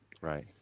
right